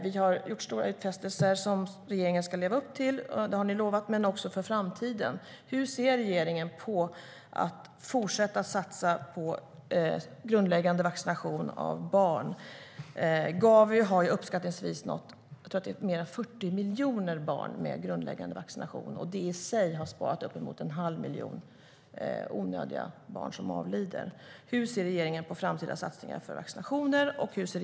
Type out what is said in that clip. Vi har gjort stora utfästelser som regeringen ska leva upp till, och det har ni lovat, men det handlar också om framtiden. Hur ser regeringen på att fortsätta satsa på grundläggande vaccination av barn? Hur ser regeringen på framtida satsningar på vaccinationer och SRHR?